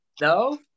no